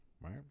Right